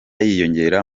yiyongera